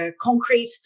concrete